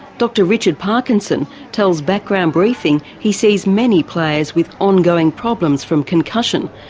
dr richard parkinson tells background briefing he sees many players with ongoing problems from concussion,